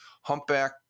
Humpback